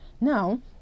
Now